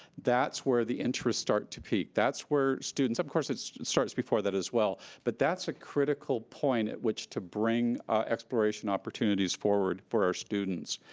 that's where the interests start to peak. that's where students, of course it starts before that, as well, but that's a critical point at which to bring exploration opportunities forward for our students.